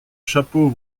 chapeau